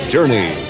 Journey